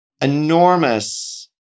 enormous